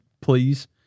please